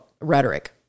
rhetoric